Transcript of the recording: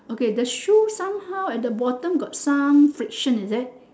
okay the shoe somehow at the bottom got some friction is it